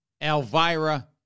Elvira